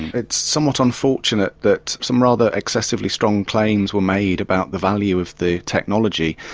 it's somewhat unfortunate that some rather excessively strong claims were made about the value of the technology.